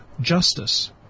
justice